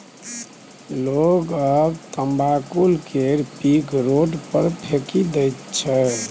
लोग सब तमाकुल केर पीक रोड पर फेकि दैत छै